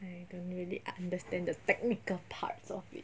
I don't really understand the technical parts of it